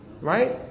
right